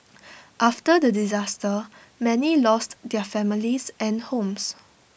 after the disaster many lost their families and homes